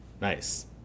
Nice